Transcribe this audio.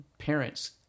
parents